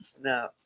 No